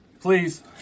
please